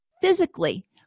physically